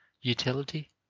utility,